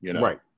Right